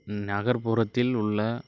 நகர்புறத்தில் உள்ள